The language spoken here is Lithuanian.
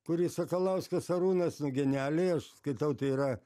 kurį sakalauskas arūnas nu genialiai aš skaitau tai yra